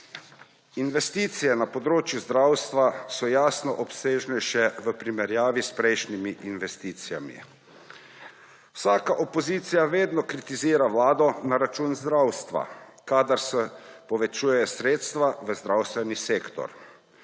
Investicije na področju zdravstva so, jasno, obsežnejše v primerjavi s prejšnjimi investicijami. Vsaka opozicija vedno kritizira vlado na račun zdravstva, kadar se povečujejo sredstva za zdravstveni sektor.